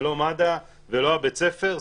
ולא מד"א ולא בית הספר.